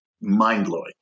mind-blowing